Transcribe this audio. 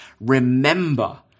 remember